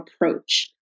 approach